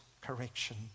correction